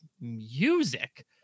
music